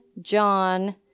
John